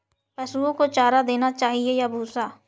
पशुओं को चारा देना चाहिए या भूसा?